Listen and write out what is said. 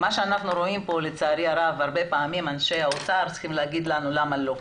אנחנו רואים הרבה פעמים שאנשי האוצר צריכים להגיד לנו למה לא,